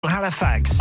Halifax